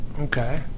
Okay